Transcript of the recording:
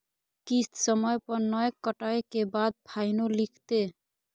किस्त समय पर नय कटै के बाद फाइनो लिखते?